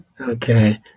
Okay